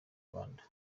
rwanda